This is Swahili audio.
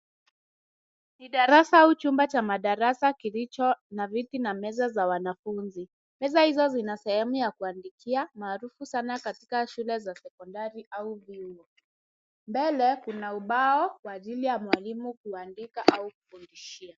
Ni darasa au chumba cha madarasa kilicho na viti na meza za wanafunzi. Meza hizo zina sehemu ya kuandikia maarufu sana katika shule za sekondari au vyuo. Mbele kuna ubao kwa ajili ya mwalimu kuandika au kufundishia.